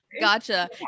gotcha